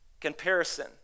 comparison